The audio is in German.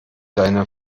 deine